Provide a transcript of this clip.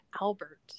Albert